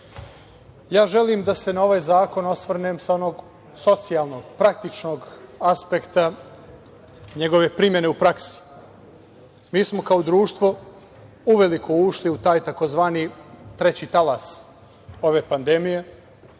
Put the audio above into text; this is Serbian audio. želim da se na ovaj zakon osvrnem sa onog socijalnog, praktičnog aspekta njegove primene u praksi. Mi smo kao društvo uveliko ušli u taj tzv. „treći talas“ ove pandemije.